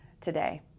today